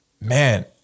man